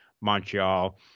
Montreal